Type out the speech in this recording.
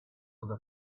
with